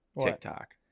TikTok